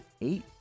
eight